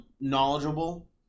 knowledgeable